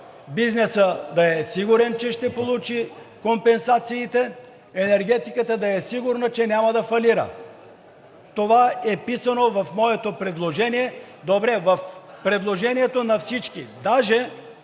бизнесът да е сигурен, че ще получи компенсациите; енергетиката да е сигурна, че няма да фалира. Това е писано в моето предложение – добре, в предложението на всички. Даже